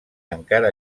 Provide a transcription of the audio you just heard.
encara